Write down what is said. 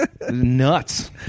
Nuts